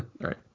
right